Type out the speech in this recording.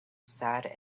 sad